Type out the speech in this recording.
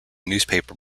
newspaper